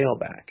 tailback